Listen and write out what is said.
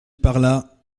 parlât